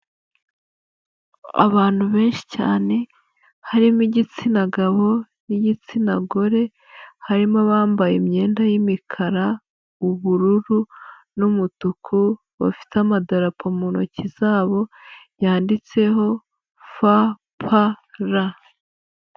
Abantu benshi cyane, harimo igitsina gabo n'igitsina gore, harimo abambaye imyenda y'imikara, ubururu n'umutuku, bafite amadarapo mu ntoki zabo yanditseho FPR.